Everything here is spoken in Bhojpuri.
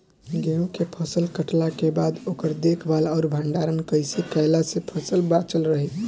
गेंहू के फसल कटला के बाद ओकर देखभाल आउर भंडारण कइसे कैला से फसल बाचल रही?